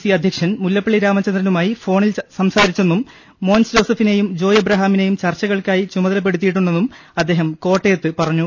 C അധ്യ ക്ഷൻ മുല്ലപ്പള്ളി രാമചന്ദ്രനുമായി ഫോണിൽ സംസാരിച്ചെന്നും മോൻസ് ജോസഫിനെയും ജോയ് എബ്രഹാമിനെയും ചർച്ച കൾക്കായി ചുമതലപ്പെടുത്തിയിട്ടുണ്ടെന്നും അദ്ദേഹം കോട്ടയത്ത് പറഞ്ഞു